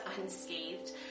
unscathed